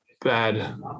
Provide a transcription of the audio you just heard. bad